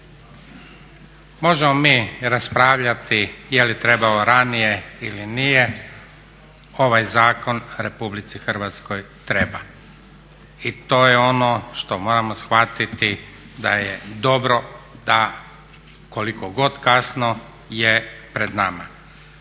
Možemo mi raspravljati je li trebalo ranije ili nije. Ovaj zakon Republici Hrvatskoj treba i to je ono što moramo shvatiti da je dobro da koliko god kasno je pred nama.